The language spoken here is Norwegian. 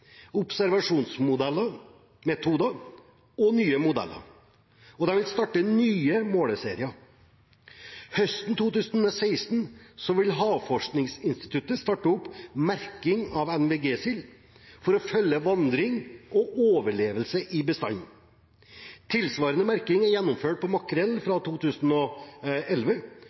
observasjonsmodeller, metoder og nye modeller. Og de vil starte nye måleserier. Høsten 2016 vil Havforskningsinstituttet starte opp merking av NVG-sild for å følge vandring av og overlevelse i bestanden. Tilsvarende merking er gjennomført av makrell fra 2011,